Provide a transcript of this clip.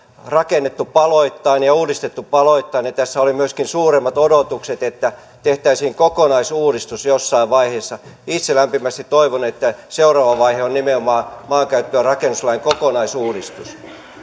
rakennettu paloittain ja uudistettu paloittain ja tässä oli myöskin suuremmat odotukset että tehtäisiin kokonaisuudistus jossain vaiheessa itse lämpimästi toivon että seuraava vaihe on nimenomaan maankäyttö ja rakennuslain kokonaisuudistus